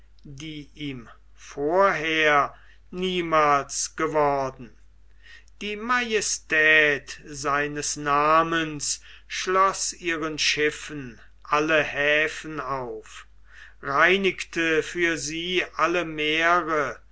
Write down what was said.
die ihm vorher niemals geworden war die majestät seines namens schloß ihren schiffen alle häfen auf reinigte für sie alle meere